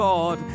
God